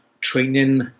training